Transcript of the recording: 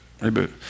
Reboot